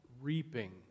reaping